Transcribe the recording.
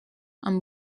and